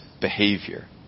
behavior